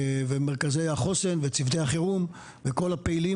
ומרכזי החוסן וצוותי החירום וכל הפעילים